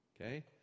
Okay